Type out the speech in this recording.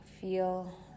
Feel